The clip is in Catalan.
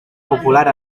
popular